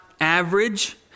average